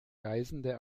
reisende